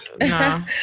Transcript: no